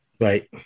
right